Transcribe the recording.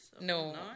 No